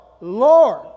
Lord